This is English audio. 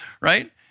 right